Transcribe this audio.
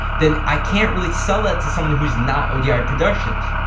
then i can't really set that to someone who's not odi ah productions.